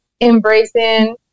embracing